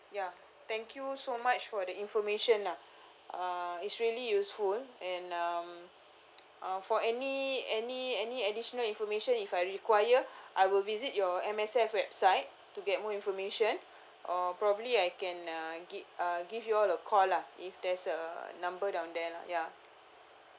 ya thank you so much for the information lah uh it's really useful and um uh for any any any additional information if I require I would visit your M_S_F website to get more information or probably I can uh give uh give you all a call lah if there's a number down there lah ya